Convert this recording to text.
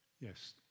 Yes